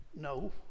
no